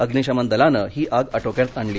अग्निशमन दलानं ही आग आटोक्यात आणली